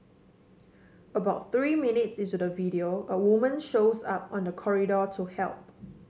about three minutes into the video a woman shows up on the corridor to help